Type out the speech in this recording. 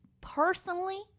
personally